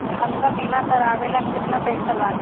हमका बीमा करावे ला केतना पईसा लागी?